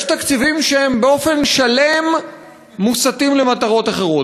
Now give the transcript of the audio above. יש תקציבים שמוסטים בשלמות למטרות אחרות.